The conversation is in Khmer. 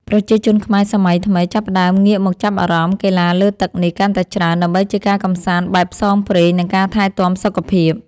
ប្រជាជនខ្មែរសម័យថ្មីបានចាប់ផ្តើមងាកមកចាប់អារម្មណ៍កីឡាលើទឹកនេះកាន់តែច្រើន ដើម្បីជាការកម្សាន្តបែបផ្សងព្រេង និងការថែទាំសុខភាព។